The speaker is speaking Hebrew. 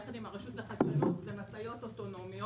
יחד עם הרשות לחדשנות ומשאיות אוטונומיות.